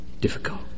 difficult